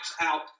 out